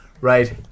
Right